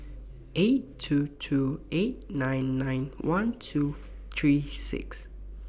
eight two two eight nine nine one two three six